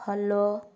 follow